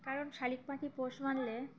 কারণ শালিক পাখি পোষ মানলে